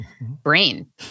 brain